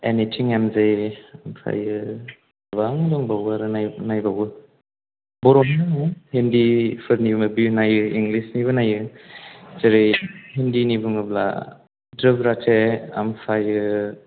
anything एमजे ओमफ्रायो गोबां दंबावो आरो नाय नायबावो बर'निबो हिन्दीफोरनि मुभि इंलिशनिबो नायो जेरै हिन्दीनि बुङोब्ला ध्रुब राथि ओमफ्रायो